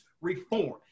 reform